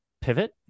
pivot